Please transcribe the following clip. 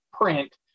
print